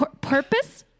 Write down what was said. Purpose